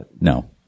No